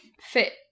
fit